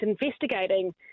investigating